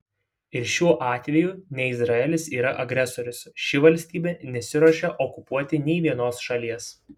ir šiuo atveju ne izraelis yra agresorius ši valstybė nesiruošia okupuoti nė vienos šalies